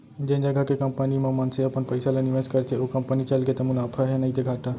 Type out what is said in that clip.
जेन जघा के कंपनी म मनसे अपन पइसा ल निवेस करथे ओ कंपनी चलगे त मुनाफा हे नइते घाटा